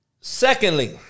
Secondly